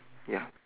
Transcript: ya